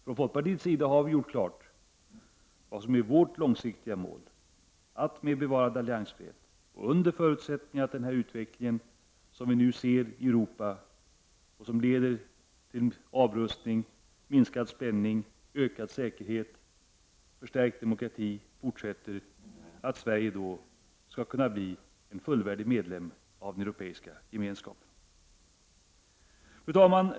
Från folkpartiets sida har vi gjort klart vad som är vårt långsiktiga mål: att Sverige med bevarad alliansfrihet, under förutsättning att den utveckling som vi nu ser i Europa och som leder till avrustning, minskad spänning, ökad säkerhet och förstärkt demokrati fortsätter, skall kunna bli en fullvärdig medlem av den Europeiska gemenskapen. Fru talman!